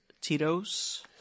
Tito's